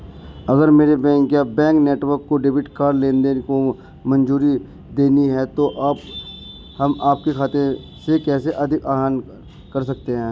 अगर मेरे बैंक या बैंक नेटवर्क को डेबिट कार्ड लेनदेन को मंजूरी देनी है तो हम आपके खाते से कैसे अधिक आहरण कर सकते हैं?